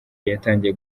yatangiye